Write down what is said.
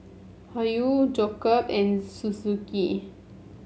Hoyu Jacob and Suzuki